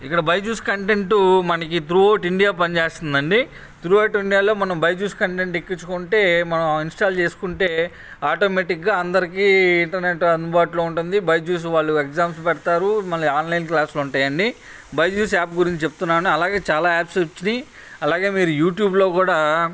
ఇక్కడ బైజూస్ కంటెంటు మనకి throughout India పని చేస్తుందండి త్రూ అవుట్ ఇండియాలో మనం బైజూస్ కంటెంట్ ఎక్కించుకుంటే మనం ఇన్స్టాల్ చేసుకుంటే ఆటోమేటిక్గా అందరికీ ఇంటర్నెట్టు అందుబాటులో ఉంటుంది బైజూస్ వాళ్ళు ఎగ్జామ్స్ పెడతారు మళ్ళీ ఆన్లైన్ క్లాస్లు ఉంటాయండి బైజూస్ యాప్ గురించి చెప్తున్నాను అలాగే చాలా యాప్స్ వచ్చాయి అలాగే మీరు యూట్యూబ్లో కూడా